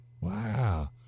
Wow